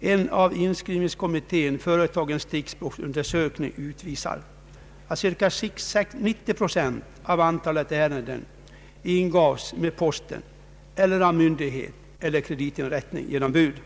en av inskrivningskommittén företagen stickprovsundersökning utvisar att cirka 90 procent av antalet ärenden ingavs med post eller av myndighet eller kreditinrättning genom bud.